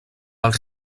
els